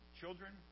children